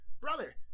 brother